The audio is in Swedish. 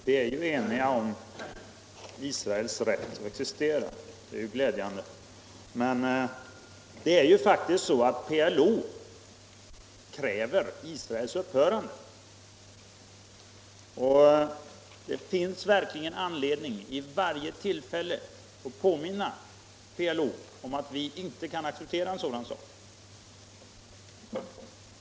Herr talman! Vi är ju eniga om Israels rätt att existera, och det är glädjande. Men det är faktiskt så att PLO kräver Israels upphörande. Det finns verkligen anledning att vid varje tillfälle påminna PLO om att vi inte kan acceptera något sådant.